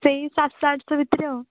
ସେଇ ସାତ ଶହ ଆଠ ଶହ ଭିତରେ ଆଉ